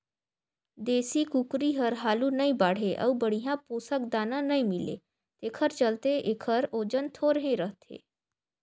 देसी कुकरी हर हालु नइ बाढ़े अउ बड़िहा पोसक दाना नइ मिले तेखर चलते एखर ओजन थोरहें रहथे